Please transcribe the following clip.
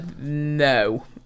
no